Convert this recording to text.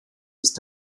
ist